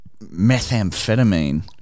methamphetamine